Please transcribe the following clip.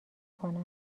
کنم